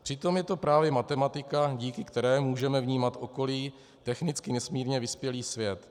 Přitom je to právě matematika, díky které můžeme vnímat okolí, technicky nesmírně vyspělý svět.